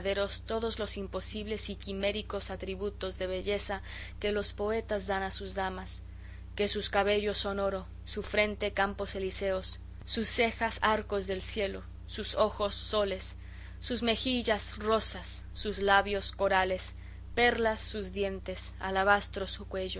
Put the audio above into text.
todos los imposibles y quiméricos atributos de belleza que los poetas dan a sus damas que sus cabellos son oro su frente campos elíseos sus cejas arcos del cielo sus ojos soles sus mejillas rosas sus labios corales perlas sus dientes alabastro